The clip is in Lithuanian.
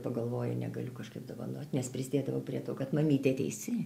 pagalvoju negaliu kažkaip dovanot nes prisidėdavau prie to kad mamytė teisi